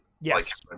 yes